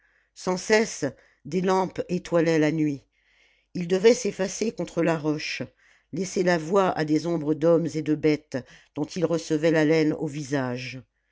sans cesse des lampes étoilaient la nuit ils devaient s'effacer contre la roche laisser la voie à des ombres d'hommes et de bêtes dont ils recevaient l'haleine au visage